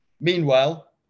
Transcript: Meanwhile